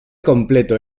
completo